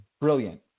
brilliant